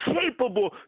capable